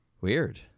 Weird